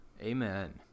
Amen